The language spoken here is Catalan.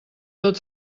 tot